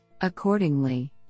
Accordingly